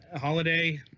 holiday